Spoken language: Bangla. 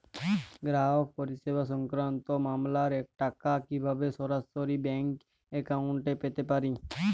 গ্রাহক পরিষেবা সংক্রান্ত মামলার টাকা কীভাবে সরাসরি ব্যাংক অ্যাকাউন্টে পেতে পারি?